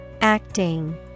Acting